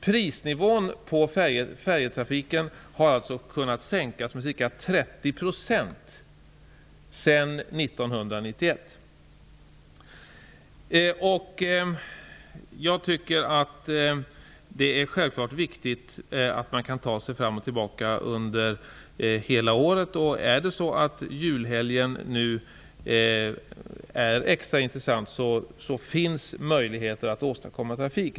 Prisnivån på färjetrafiken har kunnat sänkas med ca 30 % sedan Jag tycker självklart att det är viktigt att man kan ta sig fram och tillbaka under hela året. Om julhelgen nu är extra intressant så finns möjligheter att åstadkomma trafik.